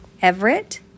Everett